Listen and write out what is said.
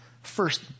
First